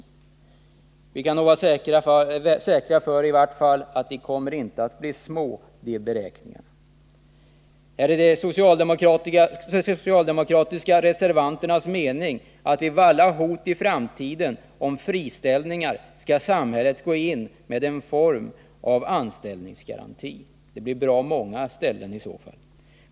Men jag tror att vi kan vara säkra på att kostnaderna i varje fall inte kommer att bli små. Är det de socialdemokratiska reservanternas mening att samhället vid alla hot i framtiden om friställningar skall gå in med en form av anställningsgaranti? Det kommer att bli nödvändigt på många ställen i så fall.